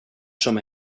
som